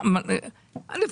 א',